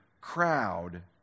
crowd